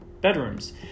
Bedrooms